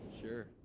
Sure